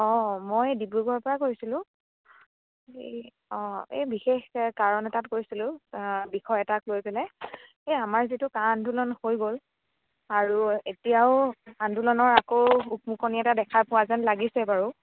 অ' মই ডিব্ৰুগড়ৰ পা কৈছিলোঁ এই অ' এই বিশেষ কাৰণ এটাত কৰিছিলোঁ বিষয় এটাক লৈ পেলাই এই আমাৰ যিটো কা আন্দোলন হৈ গ'ল আৰু এতিয়াও আন্দোলনৰ আকৌ উকমুকনি এটা দেখা পোৱা যেন লাগিছে বাৰু